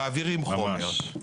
מעבירים חומר,